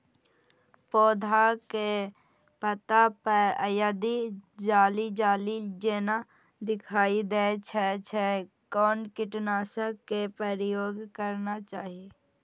पोधा के पत्ता पर यदि जाली जाली जेना दिखाई दै छै छै कोन कीटनाशक के प्रयोग करना चाही?